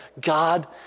God